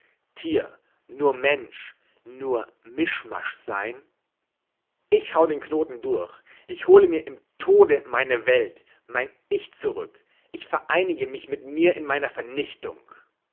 tier nur mensch nur mischmasch sein ich hau den knoten durch ich hole mir im tode meine welt mein ich zurück ich vereinige mich mit mir in meiner vernichtung